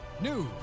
news